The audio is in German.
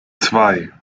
zwei